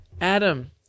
Adam